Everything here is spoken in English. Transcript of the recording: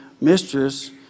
mistress